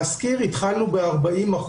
להזכירכם, התחלנו ב-40%.